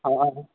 हँ